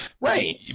Right